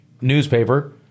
newspaper